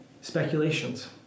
speculations